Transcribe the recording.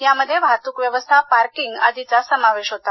यामध्ये वाहतूक व्यवस्था पार्किंग आदींचा समावेश होता